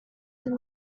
did